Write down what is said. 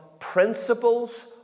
principles